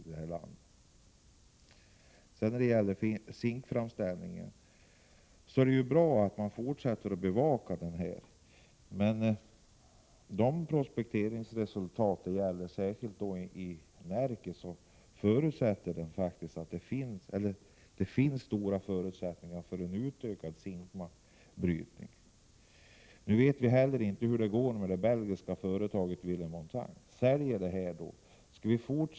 Det är bra att man fortsätter att bevaka zinkframställningen. De prospekteringsresultat man har fått, särskilt i Närke, visar att det finns goda förutsättningar för en utökning av brytningen av zinkmalm. Nu vet vi inte hur det går om det belgiska företaget Vieille Montagne säljer sin verksamhet.